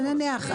נניח.